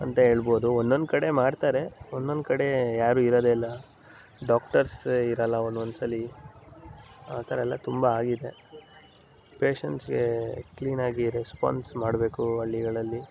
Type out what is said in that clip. ಅಂತ ಹೇಳ್ಬೋದು ಒಂದೊಂದ್ ಕಡೆ ಮಾಡ್ತಾರೆ ಒಂದೊದ್ ಕಡೆ ಯಾರು ಇರೋದೇ ಇಲ್ಲ ಡಾಕ್ಟರ್ಸ್ ಇರಲ್ಲ ಒದೊಂದ್ ಸಲ ಆ ಥರಯೆಲ್ಲ ತುಂಬ ಆಗಿದೆ ಪೇಷೆಂಟ್ಸ್ಗೆ ಕ್ಲೀನಾಗಿ ರೆಸ್ಪಾನ್ಸ್ ಮಾಡಬೇಕು ಹಳ್ಳಿಗಳಲ್ಲಿ